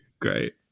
great